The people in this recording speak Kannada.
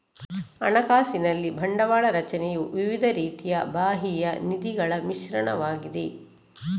ಹಣಕಾಸಿನಲ್ಲಿ ಬಂಡವಾಳ ರಚನೆಯು ವಿವಿಧ ರೀತಿಯ ಬಾಹ್ಯ ನಿಧಿಗಳ ಮಿಶ್ರಣವಾಗಿದೆ